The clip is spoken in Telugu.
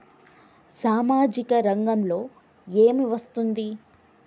సామాజిక రంగంలో ఏమి వస్తుంది?